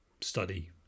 study